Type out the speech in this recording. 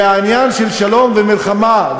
והעניין של שלום ומלחמה,